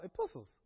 epistles